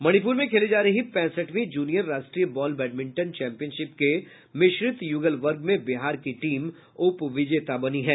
मणिपुर में खेली जा रही पैंसठवीं जूनियर राष्ट्रीय बॉल बैडमिंटन चैंपियनशिप के मिश्रित युगल वर्ग में बिहार की टीम उप विजेता बनी है